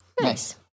Nice